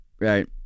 Right